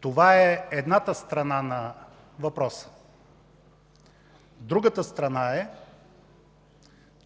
Това е едната страна на въпроса. Другата страна е,